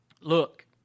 look